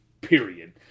Period